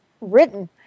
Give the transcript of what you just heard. written